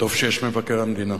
טוב שיש מבקר המדינה,